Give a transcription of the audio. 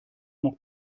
noch